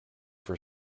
for